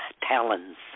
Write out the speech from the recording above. talons